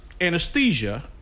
anesthesia